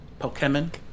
Pokemon